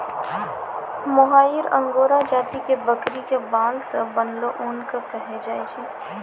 मोहायिर Angora जाति के बकरी के बाल सॅ बनलो ऊन कॅ कहै छै